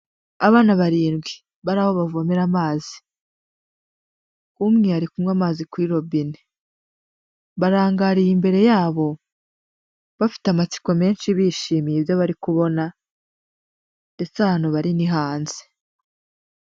Abana barindwi bari aho bavomera amazi umwe ari kunnywa amazi kuri robine barangariye imbere yabo bafite amatsiko menshi bishimiye ibyo bari kubona ndetse ahantu bari hanze.